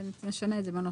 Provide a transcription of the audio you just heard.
נשנה את זה בנוסח,